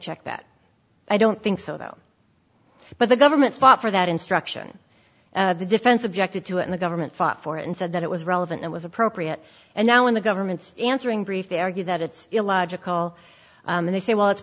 check that i don't think so though but the government fought for that instruction the defense objected to and the government fought for it and said that it was relevant it was appropriate and now in the government's answering brief they argue that it's illogical and they say well it's